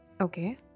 Okay